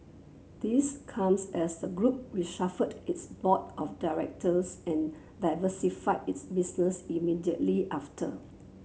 this comes as a group reshuffled its board of directors and diversified its business immediately after